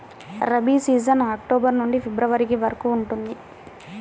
rabi season October నుండి February వరకు ఉంటుంది